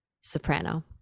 soprano